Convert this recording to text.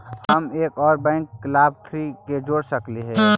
हम एक और बैंक लाभार्थी के जोड़ सकली हे?